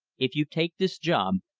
if you take this job,